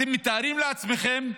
אתם מתארים לעצמכם,